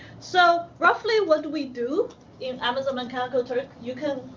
so, roughly what do we do in amazon mechanical turk? you can,